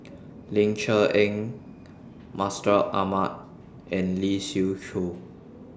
Ling Cher Eng Mustaq Ahmad and Lee Siew Choh